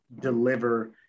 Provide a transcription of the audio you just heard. deliver